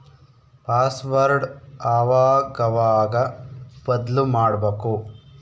password ಅವಾಗವಾಗ ಬದ್ಲುಮಾಡ್ಬಕು